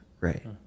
Right